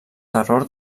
terror